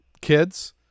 kids